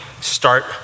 start